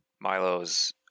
Milo's